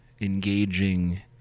engaging